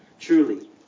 Truly